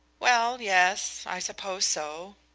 well yes, i suppose so.